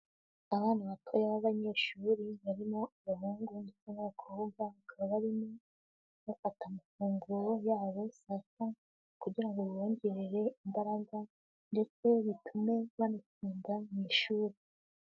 Abana bato b'abanyeshuri barimo abahungu n'abakobwa, bakaba barimo bafata amafunguro yabo saa sita kugirango bibongerere imbaraga, ndetse bitume banatsinda mu ishuri.